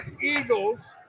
Eagles